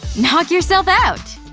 knock yourself out!